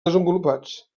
desenvolupats